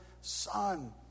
Son